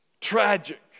Tragic